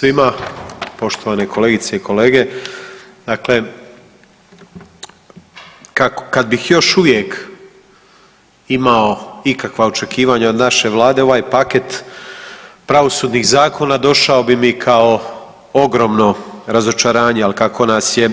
Svima poštovane kolegice i kolege dakle kad bih još uvijek imao ikakva očekivanja od naše vlade ovaj paket pravosudnih zakona došao bi mi kao ogromno razočarenje, ali kako nas je